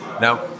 Now